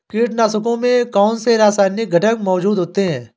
कीटनाशकों में कौनसे रासायनिक घटक मौजूद होते हैं?